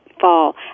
fall